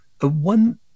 one